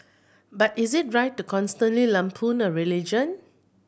but is it right to constantly lampoon a religion